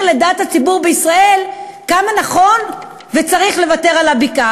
ומדינת ישראל חזקה הן ערבות ליציבות המזרח התיכון.